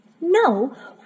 No